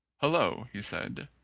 hulloa, he said,